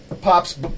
pops